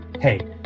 Hey